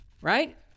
right